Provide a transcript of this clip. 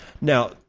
Now